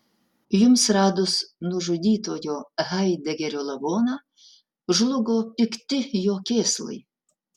jums radus nužudytojo haidegerio lavoną žlugo pikti jo kėslai